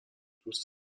دوست